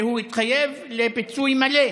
והוא התחייב לפיצוי מלא.